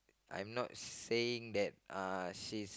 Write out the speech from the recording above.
I'm not saying that uh she's